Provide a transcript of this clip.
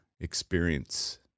experience